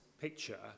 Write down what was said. picture